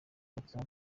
whatsapp